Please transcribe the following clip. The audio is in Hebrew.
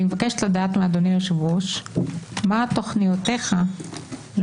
אני מבקשת לדעת מאדוני היושב ראש מה תוכניותיך להמשך.